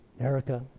Erica